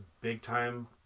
big-time